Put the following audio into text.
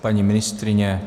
Paní ministryně?